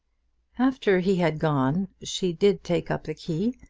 after he had gone she did take up the key,